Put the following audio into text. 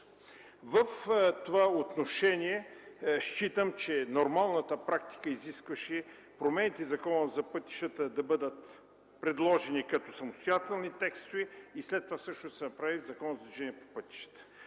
В това отношение считам, че нормалната практика изискваше промените в Закона за пътищата да бъдат предложени като самостоятелни текстове и след това да се направи Законът за движение по пътищата.